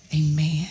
Amen